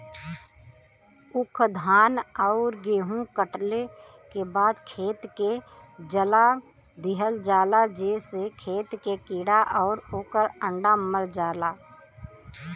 ऊख, धान आउर गेंहू कटले के बाद खेत के जला दिहल जाला जेसे खेत के कीड़ा आउर ओकर अंडा मर जाला